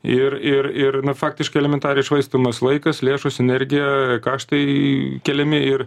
ir ir ir faktiškai elementariai švaistomas laikas lėšos energija karštai keliami ir